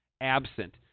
absent